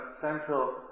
central